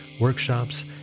workshops